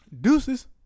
Deuces